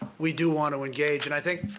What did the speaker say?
we do want to engage. and i think,